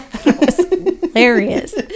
Hilarious